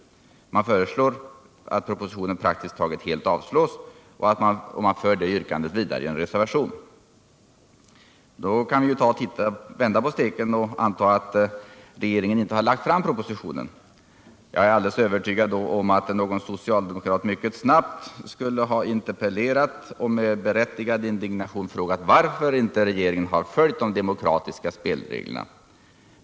De Torsdagen den föreslår att propositionen praktiskt taget helt avslås och de för yrkandet 15 december 1977 vidare i en reservation. Låt oss vända på steken och anta att regeringen inte hade lagt pro = Den fysiska positionen. Jag är helt övertygad om att någon socialdemokrat då mycket — riksplaneringen för snabbt skulle ha interpellerat och med berättigad indignation frågat varför — vattendrag i norra regeringen inte följer de demokratiska spelreglerna.